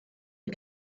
you